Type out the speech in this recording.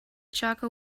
jaka